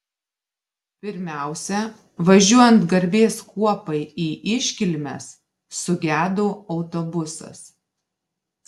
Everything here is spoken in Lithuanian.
pirmiausia važiuojant garbės kuopai į iškilmes sugedo autobusas